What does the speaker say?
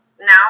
now